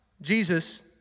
Jesus